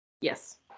Yes